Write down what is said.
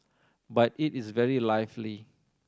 but it is very lively